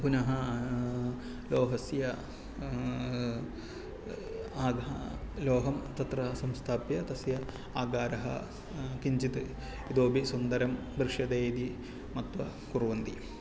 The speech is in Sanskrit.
पुनः लोहस्य लोहं तत्र संस्थाप्य तस्य आकारः किञ्चित् इतोपि सुन्दरं दृश्यते इति मत्वा कुर्वन्ति